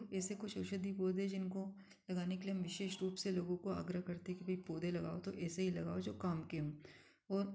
ऐसे कुछ औषधि पौधे जिनको लगाने के लिए हम विशेष रूप से लोगों को आग्रह करते हैं कि भाई पौधे लगाओ तो ऐसे ही लगाओ जो काम के हों और